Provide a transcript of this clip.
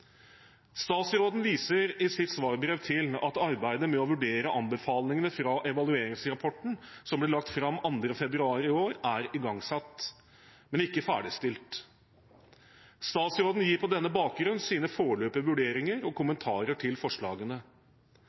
Statsråden viser i sitt svarbrev til at arbeidet med å vurdere anbefalingene fra evalueringsrapporten, som ble lagt fram 2. februar i år, er igangsatt, men ikke ferdigstilt. Statsråden gir på denne bakgrunn sine foreløpige vurderinger og kommentarer til forslagene.